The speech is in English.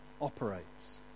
operates